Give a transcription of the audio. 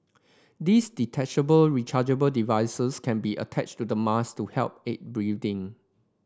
these detachable rechargeable devices can be attached to the mass to help aid breathing